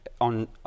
on